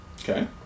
Okay